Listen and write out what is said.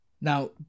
Now